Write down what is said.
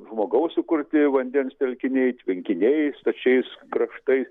žmogaus sukurti vandens telkiniai tvenkiniai stačiais kraštais